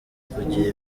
kugira